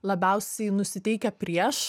labiausiai nusiteikę prieš